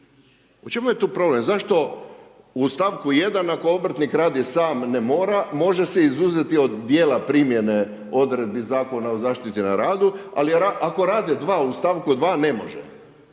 U čemu je tu problem? Zašto u stavku 1. ako obrtnik radi sam ne mora, može se izuzeti od dijela primjene odredbi Zakona o zaštiti na radu, ali ako rade dva u stavku 2. ne može?